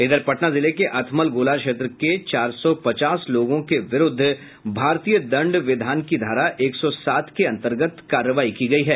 इधर पटना जिले के अथमलगोला क्षेत्र के चार सौ पचास लोगों के विरूद्व भारतीय दंड विधान की धारा एक सौ सात के अंतर्गत कार्रवाई की गयी है